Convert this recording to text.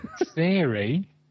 Theory